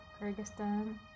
Kyrgyzstan